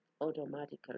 automatically